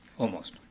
almost.